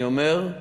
אני אומר,